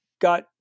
got